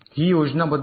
ही योजनाबद्ध आहे